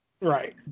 right